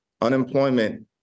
Unemployment